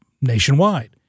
Nationwide